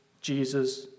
Jesus